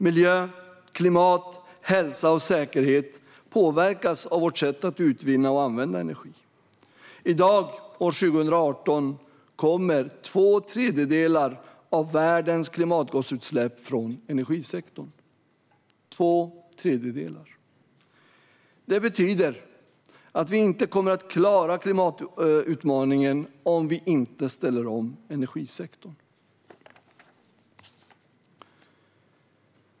Miljö, klimat, hälsa och säkerhet påverkas av vårt sätt att utvinna och använda energi. I dag, år 2018, kommer två tredjedelar av världens klimatgasutsläpp från energisektorn - två tredjedelar. Det betyder att vi inte kommer att klara klimatutmaningen om vi inte ställer om energisektorn.